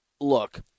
look